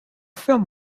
film